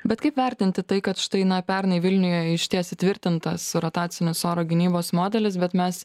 bet kaip vertinti tai kad štai na pernai vilniuje išties įtvirtintas rotacinis oro gynybos modelis bet mes